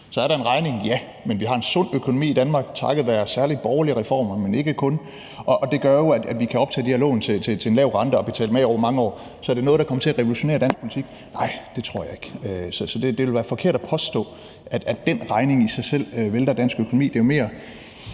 Så er der en regning? Ja, men vi har en sund økonomi i Danmark takket være særlig borgerlige reformer, men ikke kun, og det gør jo, at vi kan optage de her lån til en lav rente og betale dem af over mange år. Så er det noget, der kommer til at revolutionere dansk politik? Nej, det tror jeg ikke. Så det vil være forkert at påstå, at den regning i sig selv vælter dansk økonomi. Det er mere